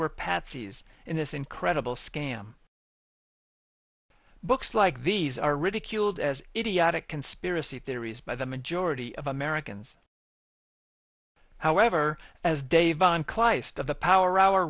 were patsies in this incredible scam books like these are ridiculed as idiotic conspiracy theories by the majority of americans however as dave on close to the power hour